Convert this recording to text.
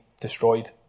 destroyed